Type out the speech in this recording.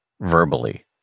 verbally